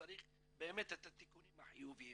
צריך באמת את התיקונים החיוביים